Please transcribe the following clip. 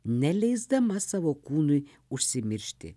neleisdama savo kūnui užsimiršti